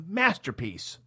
masterpiece